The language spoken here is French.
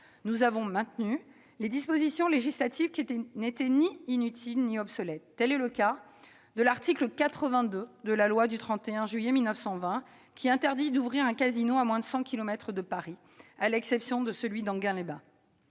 Nous avons maintenu les dispositions législatives qui n'étaient ni inutiles ni obsolètes. Tel est le cas de l'article 82 de la loi du 31 juillet 1920, qui interdit d'ouvrir un casino à moins de cent kilomètres de Paris, à l'exception de celui d'Enghien-les-Bains.